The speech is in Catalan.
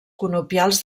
conopials